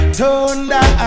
thunder